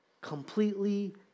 Completely